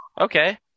Okay